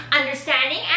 understanding